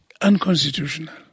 unconstitutional